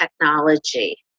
technology